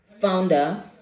founder